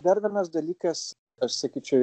dar vienas dalykas aš sakyčiau